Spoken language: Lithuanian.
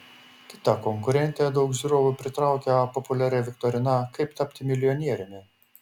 kita konkurentė daug žiūrovų pritraukia populiaria viktorina kaip tapti milijonieriumi